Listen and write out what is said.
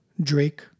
Drake